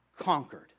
conquered